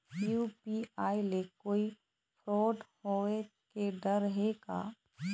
UPI ले कोई fraud होए के डर हे का?